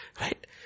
Right